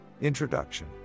Introduction